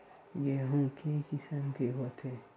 गेहूं के किसम के होथे?